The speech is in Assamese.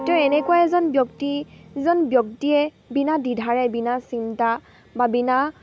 তেওঁ এনেকুৱা এজন ব্যক্তি যিজন ব্যক্তিয়ে বিনা দ্বিধাৰে বিনা চিন্তা বা বিনা